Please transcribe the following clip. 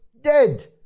dead